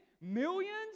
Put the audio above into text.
Millions